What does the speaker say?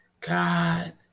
God